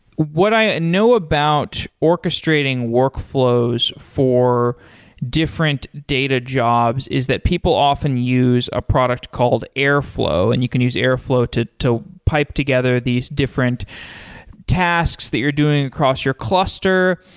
what i know about orchestrating workflows for different data jobs is that people often use a product called airflow, and you can use airflow to to pipe together these different tasks that you're doing across your cluster.